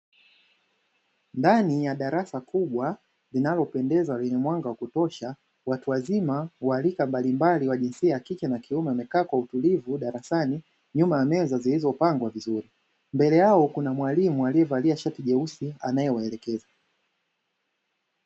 Ndani ya darasa kubwa linalopendeza lenye mwanga wa kutosha, watu wazima wa rika mbalimbali wa jinsia ya kike na kiume wamekaa kwa utulivu darasani nyuma ya meza zilizopangwa vizuri, mbele yao kuna mwalimu aliyevalia shati jeusi anayewaelekeza.